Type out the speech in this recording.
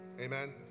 Amen